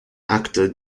actor